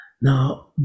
Now